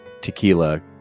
tequila